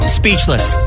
speechless